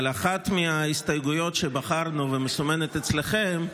אבל אחת מההסתייגויות שבחרנו, ומסומנת אצלכם,